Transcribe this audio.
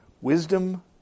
Wisdom